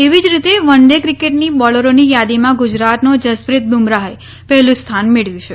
એવી જ રીતે વન ડે ક્રિકેટની બોલરોની યાદીમાં ગુજરાતનો જસપ્રિત બુમરાહે પહેલું સ્થાન મેળવ્યું છે